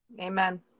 Amen